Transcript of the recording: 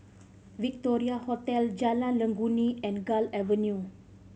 Victoria Hotel Jalan Legundi and Gul Avenue